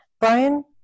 Brian